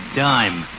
dime